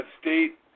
state